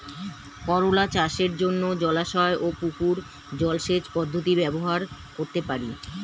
করোলা চাষের জন্য জলাশয় ও পুকুর জলসেচ পদ্ধতি ব্যবহার করতে পারি?